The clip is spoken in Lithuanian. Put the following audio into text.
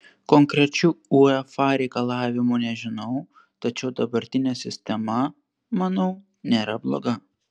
konkrečių uefa reikalavimų nežinau tačiau dabartinė sistema manau nėra bloga